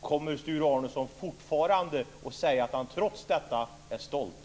Är Sture Arnesson trots detta fortfarande stolt?